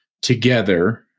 together